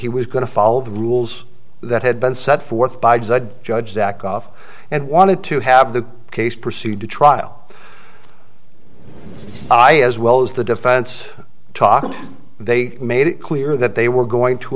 he was going to follow the rules that had been set forth by judge judge zack off and wanted to have the case proceed to trial i as well as the defense talked they made it clear that they were going to